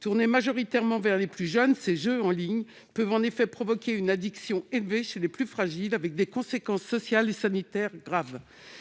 Tournés majoritairement vers les plus jeunes, ces jeux en ligne peuvent en effet provoquer une addiction élevée chez les plus fragiles, avec des conséquences sociales et sanitaires graves.